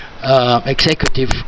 executive